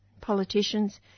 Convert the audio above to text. politicians